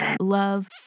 love